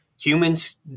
Humans